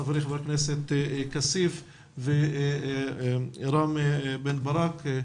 חברי, חבר הכנסת כסיף, ורם בן ברק.